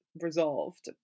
resolved